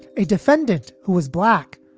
a defendant who is black,